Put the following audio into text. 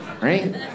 Right